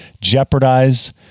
jeopardize